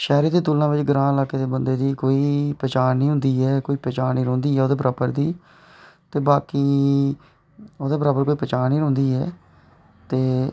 शैहरे दी तुलना बिच ग्रांऽ दे बंदे दी कोई पनछान निं होंदी ऐ कोई पनछान निं रौंह्दी ओह्दे बराबर दी ते बाकी ओह्दे बराबर कोई पनछान निं रौंह्दी ऐ ते